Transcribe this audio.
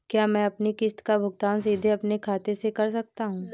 क्या मैं अपनी किश्त का भुगतान सीधे अपने खाते से कर सकता हूँ?